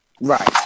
Right